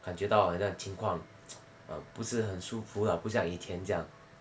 感觉到了很像情况 不是很舒服啦不像以前这样